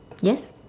yes